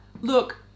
Look